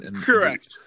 Correct